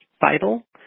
vital